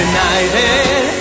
United